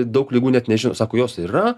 daug ligų net nežino sako jos yra